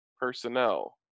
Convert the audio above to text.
personnel